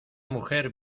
mujer